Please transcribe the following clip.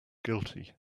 guilty